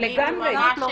לגמרי.